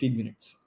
minutes